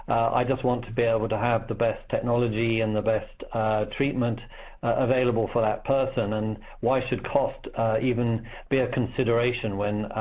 i just want to be able to have the best technology and the best treatment available for that person. and why should cost even be a consideration when